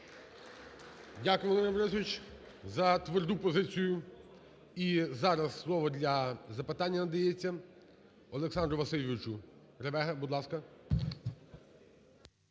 Дякую, Володимире Борисовичу, за тверду позицію. І зараз слово для запитання надається Олександру Васильовичу Ревега, будь ласка.